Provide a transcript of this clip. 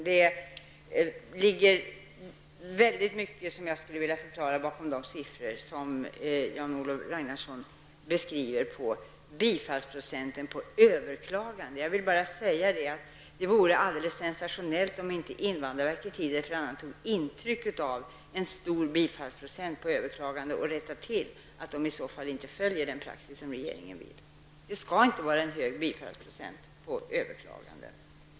Det finns mycket att förklara bakom de siffror som Jan-Olof Ragnarsson beskrev när det gäller bifallsprocenten för överklaganden. Det vore alldeles sensationellt om inte invandrarverket tid efter annan tog intryck av en stor bifallsprocent vid överklaganden och rättade sig därefter. Besluten skulle annars inte följa den praxis som regeringen vill skapa. Det skall inte vara en hög bifallsprocent på överklaganden.